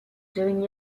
doing